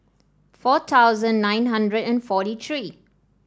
four thousand nine hundred and forty three